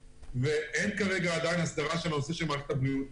ואין עדיין הסדרה של נושא מערכת הבריאות.